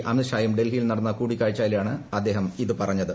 അമിത് ഷായും ഡൽഹിയിൽ നടന്ന കൂടിക്കാഴ്ചയിലാണ് അദ്ദേഹം ഇത് പറഞ്ഞത്